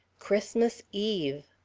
christmas eve.